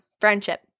friendship